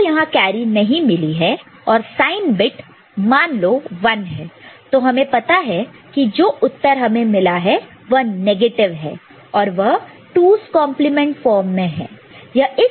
तो यहां कैरी नहीं मिली है और साइन बिट मान लो 1 है तो हमें पता है कि जो उत्तर हमें मिला है वह नेगेटिव है और वह 2's complement form 2's complement form में है